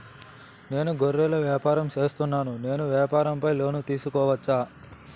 నేను గొర్రెలు వ్యాపారం సేస్తున్నాను, నేను వ్యాపారం పైన లోను తీసుకోవచ్చా?